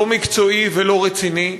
לא מקצועי ולא רציני,